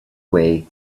way